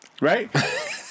right